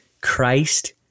Christ